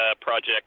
project